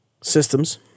systems